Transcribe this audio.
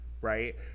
right